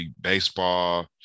baseball